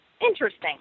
Interesting